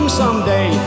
someday